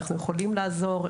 אנחנו יכולים לעזור,